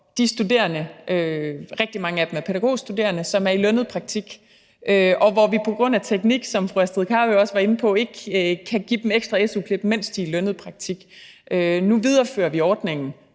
de studerende – rigtig mange af dem er pædagogstuderende – som er i lønnet praktik, og som vi på grund af teknik, som fru Astrid Carøe jo også var inde på, ikke kan give ekstra su-klip, mens de er i lønnet praktik. Nu viderefører vi ordningen,